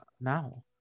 now